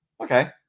okay